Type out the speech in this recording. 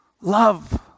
Love